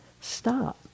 Stop